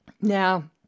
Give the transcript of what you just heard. Now